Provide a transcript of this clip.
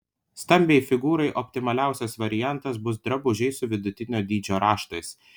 stambiai figūrai optimaliausias variantas bus drabužiai su vidutinio dydžio raštais